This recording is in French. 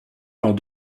lors